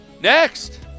Next